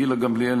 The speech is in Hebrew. גילה גמליאל,